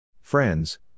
Friends